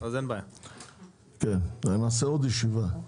נקיים עוד ישיבה.